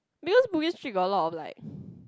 because Bugis Street got a lot of like